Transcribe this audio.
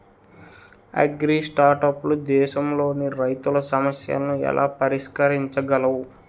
అగ్రిస్టార్టప్లు దేశంలోని రైతుల సమస్యలను ఎలా పరిష్కరించగలవు?